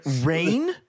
rain